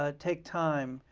ah take time,